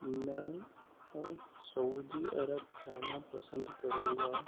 میں سعودی عرب جانا پسند کروں گا